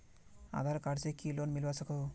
आधार card से की loan मिलवा सकोहो?